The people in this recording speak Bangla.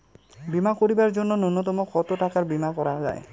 বীমা করিবার জন্য নূন্যতম কতো টাকার বীমা করা যায়?